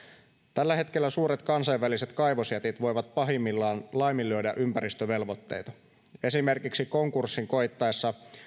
tällä hetkellä suuret kansainväliset kaivosjätit voivat pahimmillaan laiminlyödä ympäristövelvoitteita esimerkiksi konkurssin koittaessa